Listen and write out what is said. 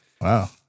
Wow